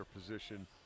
position